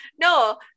no